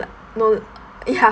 know ya